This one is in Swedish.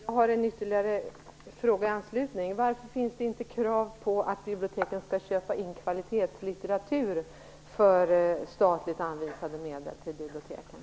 Fru talman! Jag har ytterligare en fråga i anslutning till detta. Varför finns det inget krav på att biblioteken skall köpa in kvalitetslitteratur för de statligt anvisade medlen?